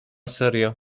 serio